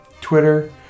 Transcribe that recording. Twitter